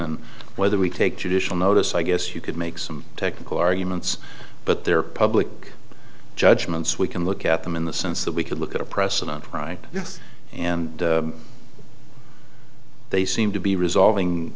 and whether we take judicial notice i guess you could make some technical arguments but they're public judgments we can look at them in the sense that we could look at a precedent right yes and they seem to be resolving